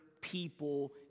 people